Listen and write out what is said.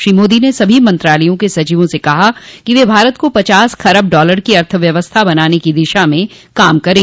श्री मोदी ने सभी मंत्रालयों के सचिवों से कहा कि वह भारत को पचास खरब डॉलर की अर्थव्यवस्था बनाने की दिशा में काम करे